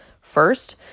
First